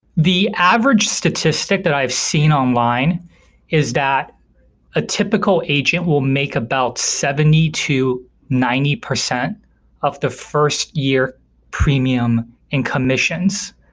the average statistic that i've seen online is that a typical agent will make about seventy percent to ninety percent of the first year premium in commissions.